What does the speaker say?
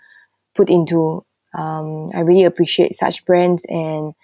put into um I really appreciate such brands and